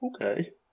Okay